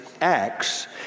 Acts